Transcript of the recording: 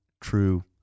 True